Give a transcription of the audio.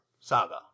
saga